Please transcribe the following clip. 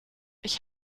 ich